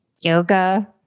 yoga